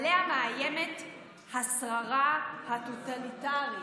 עליה מאיימת השררה הטוטליטרית".